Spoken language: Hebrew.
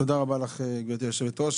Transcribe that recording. תודה רבה לך, גברתי היושבת-ראש.